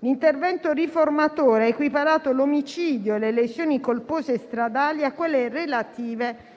L'intervento riformatore ha equiparato l'omicidio e le lesioni colpose stradali a quelle relative